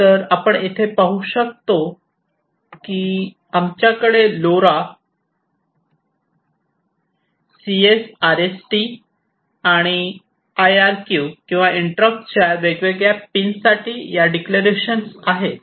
तर जसे आपण येथे पाहू शकता आमच्याकडे लोरा सीएस आरएसटी आणि आयआरक्यू किंवा इंटरप्टच्या वेगवेगळ्या पिनसाठी या डीक्लरेशन आहेत